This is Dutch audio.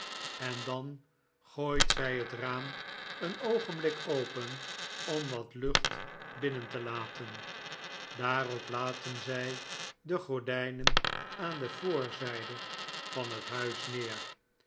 en dan gooit zij het raam een oogenblik open om wat lucht binnen te laten daarop laten zij de gordijnen aan de voorzijde van het huis neer